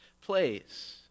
place